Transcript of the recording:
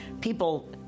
people